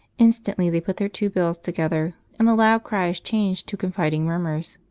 instantly they put their two bills together and the loud cries changed to confiding murmurs.